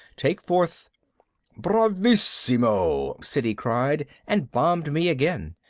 take forth bravissimo! siddy cried and bombed me again.